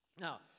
Now